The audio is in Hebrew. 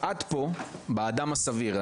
עד פה באדם הסביר,